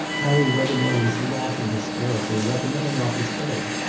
harry wethermill was laughing hysterically, like a man off his head.